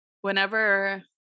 whenever